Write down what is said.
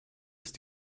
ist